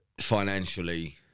financially